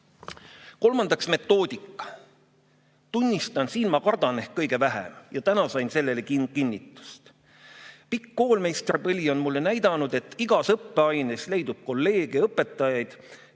täiendama. Kolmandaks, metoodika. Tunnistan, et siin ma kardan ehk kõige vähem, ja täna sain sellele kinnitust. Pikk koolmeistripõli on mulle näidanud, et igas õppeaines leidub kolleege, õpetajaid,